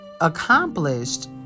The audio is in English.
accomplished